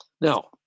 Now